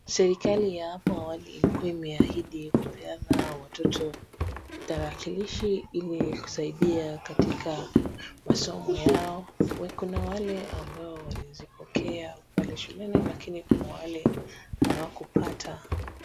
Serikali ya hapo awali ilikua imeahidi kupea watoto tarakilishi yenye kusaidia katika masomo yao. Kuna wale waliopokea pale shuleni lakini kuna wale ambao hawakupata.